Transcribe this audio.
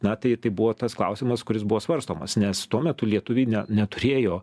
na tai tai buvo tas klausimas kuris buvo svarstomas nes tuo metu lietuviai neturėjo